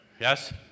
Yes